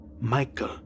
Michael